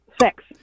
six